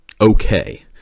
okay